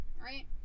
Right